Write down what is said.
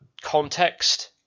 context